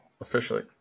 officially